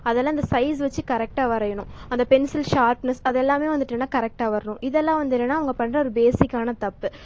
அதெல்லாம் அந்த சைஸ் வச்சு கரெக்டாக வரையணும் அந்த பென்சில் ஷார்ப்னஸ் அதெல்லாமே வந்துவிட்டு என்னென்னா கரெக்டாக வரணும் இதெல்லாம் வந்து என்னென்னா அவங்க பண்ணுற ஒரு பேசிக்கான தப்பு